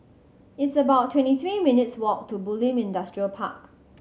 it's about twenty three minutes' walk to Bulim Industrial Park